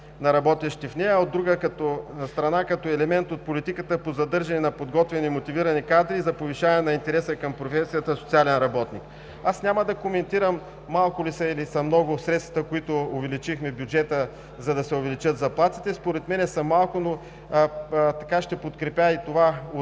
на работещите в нея, а от друга страна, като елемент от политиката по задържане на подготвени и мотивирани кадри за повишаване на интереса към професията социален работник. Аз няма да коментирам малко ли са или са много средствата, с които увеличихме бюджета, за да се увеличат заплатите. Според мен са малко, но ще подкрепя и това